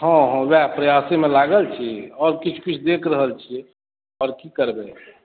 हॅं हॅं वएह प्रयासमे लागल छी आओर किछु किछु देखि रहल छियै आर की करबै